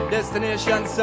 Destination